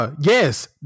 yes